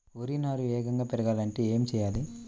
వరి నారు వేగంగా పెరగాలంటే ఏమి చెయ్యాలి?